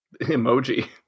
Emoji